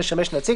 לשמש נציג."